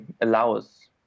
allows